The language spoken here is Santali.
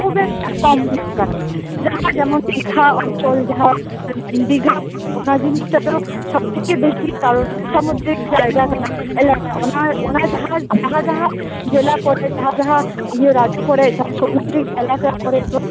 ᱠᱷᱩᱵ ᱮᱠᱴᱟ ᱠᱚᱢ ᱦᱩᱭᱩᱜ ᱠᱟᱱᱟ ᱡᱟᱦᱟᱸ ᱡᱮᱢᱚᱱ ᱫᱤᱜᱷᱟ ᱚᱱᱪᱚᱞ ᱡᱟᱦᱟᱸ ᱫᱤᱜᱷᱟ ᱚᱱᱟ ᱡᱤᱱᱤᱥᱴᱟ ᱫᱚ ᱥᱚᱵᱛᱷᱤᱠᱮ ᱵᱮᱥᱤ ᱛᱟᱞᱢᱮ ᱥᱚᱢᱩᱫᱽᱫᱨᱤᱠ ᱡᱟᱭᱜᱟ ᱠᱟᱱᱟ ᱚᱱᱟ ᱚᱱᱟ ᱡᱟᱦᱟᱸ ᱚᱱᱟ ᱡᱟᱦᱟᱸ ᱡᱤᱞᱞᱟ ᱠᱚᱨᱮ ᱡᱟᱦᱟᱸ ᱡᱟᱦᱟᱸ ᱤᱭᱟ ᱨᱟᱡᱽᱡᱚ ᱠᱚᱨᱮ ᱡᱟᱦᱟᱸ ᱥᱚᱢᱩᱫᱽᱫᱨᱤᱠ ᱮᱞᱟᱠᱟ ᱠᱚᱨᱮ ᱫᱚ